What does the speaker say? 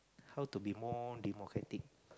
how to be more democratic